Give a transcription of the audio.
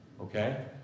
okay